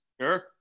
Sure